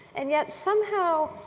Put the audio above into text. and yet, somehow,